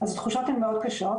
אז התחושות הן מאוד קשות.